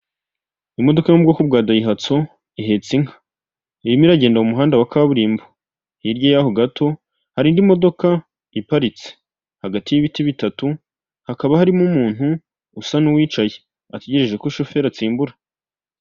Ishusho iri mu ibara ry'ubururu ndetse n'umweru ishushanyijeho telefone iri kugaragazaho akanyenyeri maganinani urwego hari imibare yanditswe impande hariho amagambo ari mu rurimi rw'icyongereza ndetse n'andi ari mu ururimi rw'ikinyarwanda makeya na nimero za telefoni.